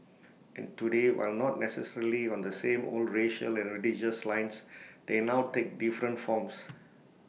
and today while not necessarily on the same old racial and religious lines they now take different forms